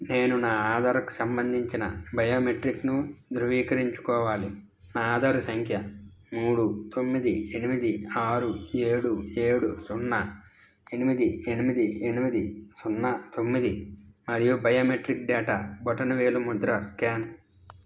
నేను నా ఆధార్కు సంబంధించిన బయోమెట్రిక్ను ధృవీకరించుకోవాలి నా ఆధారు సంఖ్య మూడు తొమ్మిది ఎనిమిది ఆరు ఏడు ఏడు సున్నా ఎనిమిది ఎనిమిది ఎనిమిది సున్నా తొమ్మిది మరియు బయోమెట్రిక్ డేటా బొటనవేలు ముద్ర స్కాన్